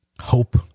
hope